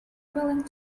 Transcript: willing